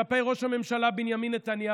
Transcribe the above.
זאת לא האשמה כלפי ראש הממשלה בנימין נתניהו,